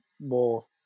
more